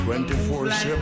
24-7